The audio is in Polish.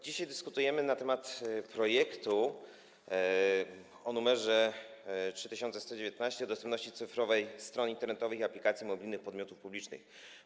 Dzisiaj dyskutujemy na temat projektu o numerze 3119, dotyczącego dostępności cyfrowej stron internetowych i aplikacji mobilnych podmiotów publicznych.